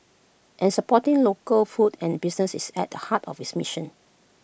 and supporting local food and businesses is at the heart of its mission